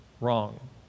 wrong